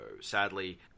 sadly